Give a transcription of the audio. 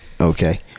okay